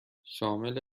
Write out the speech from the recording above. شامل